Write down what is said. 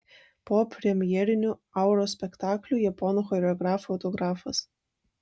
po premjeriniu auros spektakliu japonų choreografo autografas